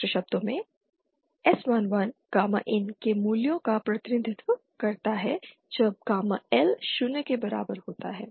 दूसरे शब्दों में s11 गामा IN के मूल्यों का प्रतिनिधित्व करता है जब गामा L शून्य के बराबर होता है